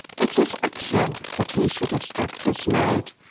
it is excellent that he should have struck this note,